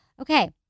Okay